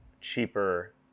cheaper